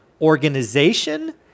organization